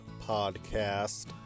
podcast